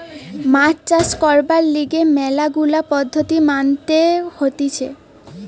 মাছ চাষ করবার লিগে ম্যালা গুলা পদ্ধতি মানতে হতিছে